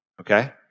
okay